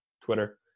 Twitter